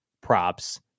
props